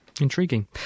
Intriguing